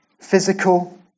Physical